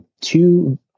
two